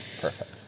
Perfect